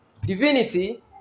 divinity